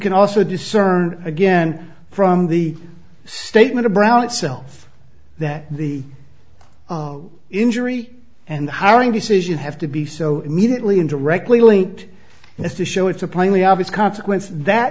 can also discern again from the statement of brown itself that the injury and hiring decision have to be so immediately and directly linked as to show it to plainly obvious consequence that